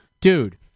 dude